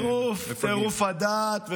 טירוף, טירוף הדעת.